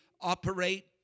operate